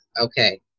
Okay